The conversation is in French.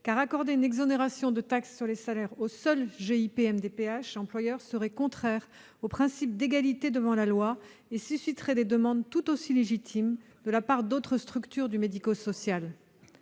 car accorder une exonération de taxe sur les salaires aux seuls GIP MDPH employeurs serait contraire au principe d'égalité devant la loi et susciterait des demandes tout aussi légitimes de la part d'autres structures du secteur médico-social.